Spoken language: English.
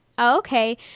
Okay